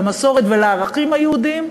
למסורת ולערכים היהודיים,